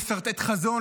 לסרטט חזון,